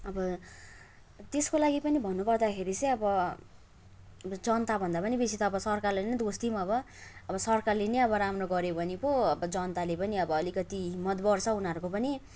अब त्यसको लागि पनि भन्नुपर्दाखेरि चाहिँ अब जनताभन्दा पनि बेसी त अब सरकारलाई नै दोष दिउँ अब अब सरकारले नै अब राम्रो गर्यो भने पो अब जनताले पनि अब अलिकति हिम्मत बढ्छ उनीहरूको पनि